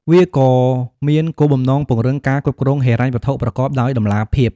វាក៏មានគោលបំណងពង្រឹងការគ្រប់គ្រងហិរញ្ញវត្ថុប្រកបដោយតម្លាភាព។